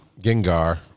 Gengar